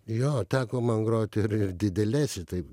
jo teko man grot ir ir didelėse taip